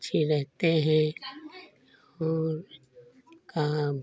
पक्षी रहते हैं और कौआ